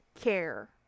care